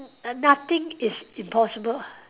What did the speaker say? nothing is impossible ah